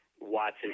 Watson